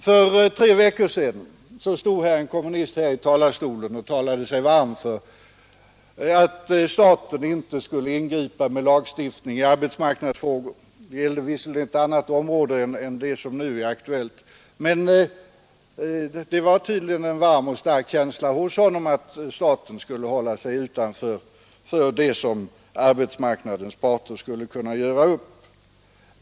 För tre veckor sedan stod en kommunist i den här talarstolen och talade sig varm för att staten inte skulle ingripa med lagstiftning i arbetsmarknadsfrågor. Det gällde visserligen ett annat område än det som nu är aktuellt, men det fanns tydligen en varm och stark känsla hos honom att staten skulle hålla sig utanför det som arbetsmarknadens parter kunde göra upp.